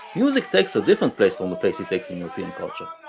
music takes a different place from the place it takes in european culture.